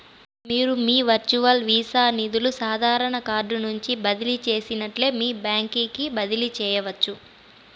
మీరు మీ virtual visa నిదులు సాదారన కార్డు నుంచి బదిలీ చేసినట్లే మీ బాంక్ కి బదిలీ చేయచ్చు